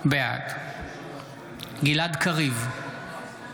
בעד גלעד קריב,